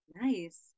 Nice